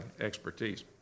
expertise